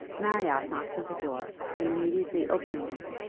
marriott knocked at the door, and immediately opening it,